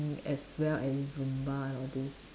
as well as Zumba and all this